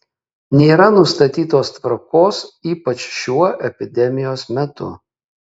nėra nustatytos tvarkos ypač šiuo epidemijos metu